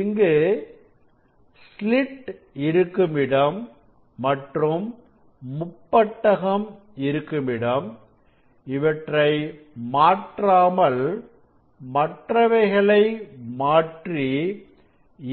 இங்கு ஸ்லிட் இருக்கும் இடம் மற்றும் முப்பட்டகம் இருக்கும் இடம் இவற்றை மாற்றாமல் மற்றவைகளை மாற்றி